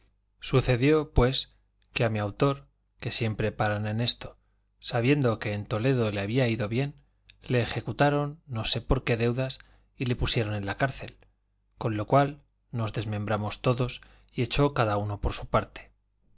sucedió pues que a mi autor que siempre paran en esto sabiendo que en toledo le había ido bien le ejecutaron no sé por qué deudas y le pusieron en la cárcel con lo cual nos desmembramos todos y echó cada uno por su parte